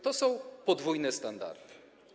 To są podwójne standardy.